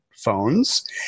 phones